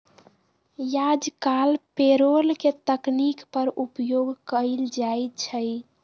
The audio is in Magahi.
याजकाल पेरोल के तकनीक पर उपयोग कएल जाइ छइ